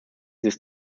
this